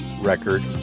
record